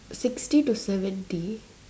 sixty to seventy